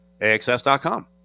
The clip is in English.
AXS.com